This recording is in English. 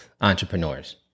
entrepreneurs